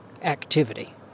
activity